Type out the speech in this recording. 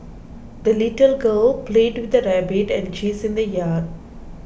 the little girl played with her rabbit and geese in the yard